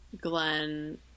Glenn